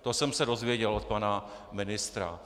To jsem se dozvěděl od pana ministra.